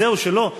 אז זהו, שלא.